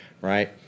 right